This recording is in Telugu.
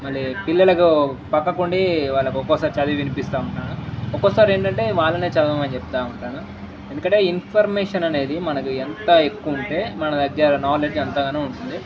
మళ్ళీ పిల్లలకు పక్కనుండి వాళ్ళకి ఒక్కోక్కసారి చదివి వినిపిస్తూ ఉంటాను ఒక్కోక్కసారి ఏంటంటే వాళ్ళనే చదవమని చెప్తూ ఉంటాను ఎందుకంటే ఇన్ఫర్మేషన్ అనేది మనకు ఎంత ఎక్కువుంటే మన దగ్గర నాలెడ్జ్ ఎంతగానో ఉంటుంది